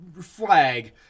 flag